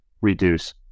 reduce